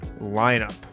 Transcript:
lineup